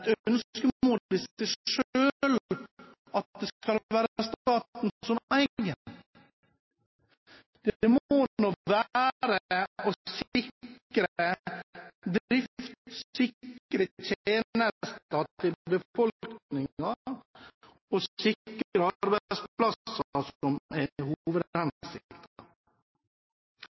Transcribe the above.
at det skal være staten som eier. Det må være å sikre drift, sikre tjenester til befolkningen og sikre arbeidsplasser som er